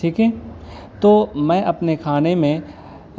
ٹھیک ہے تو میں اپنے کھانے میں